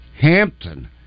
Hampton